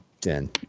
ten